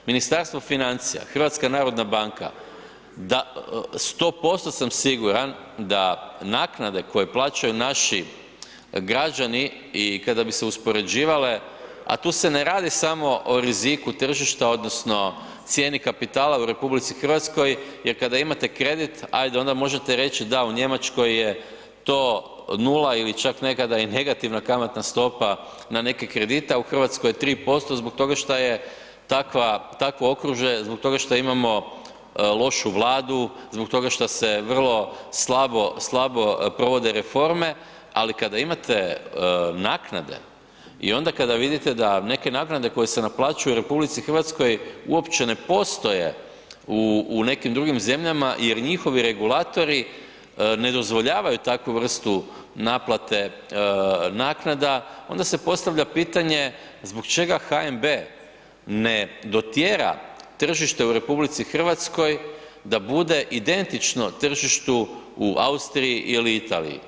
Ministarstvo financija, HNB, 100% sam siguran da naknade koje plaćaju naši građani i kada bi se uspoređivale, a tu se ne radi samo o riziku tržišta odnosno cijeni kapitala u RH, jer kada imate kredit ajde onda možete reći da u Njemačkoj je to nula ili čak nekada i negativna kamatna stopa na neke kredite, a u Hrvatskoj je 3% zbog toga što je takvo okružje, zbog toga šta imamo lošu Vladu, zbog toga šta se vrlo slabo provode reforme, ali kada imate naknade i onda kada vidite da neke naknade koje se naplaćuju u RH uopće ne postoje u nekim drugim zemljama jer njihovi regulatori ne dozvoljavaju takvu vrstu naplate naknada onda se postavlja pitanje zbog čega HNB ne dotjera tržište u RH da bude identično tržištu u Austriji ili Italiji.